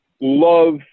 love